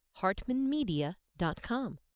hartmanmedia.com